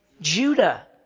Judah